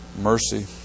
mercy